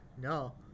No